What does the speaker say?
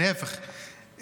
להפך,